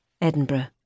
Edinburgh